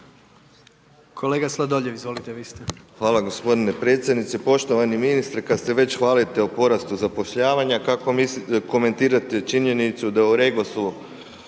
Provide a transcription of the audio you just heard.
ste. **Sladoljev, Marko (MOST)** Hvala gospodine predsjedniče. Poštovani ministre kad se već hvalite o porastu zapošljavanja, kako komentirate činjenicu da u Regosu